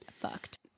fucked